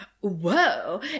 whoa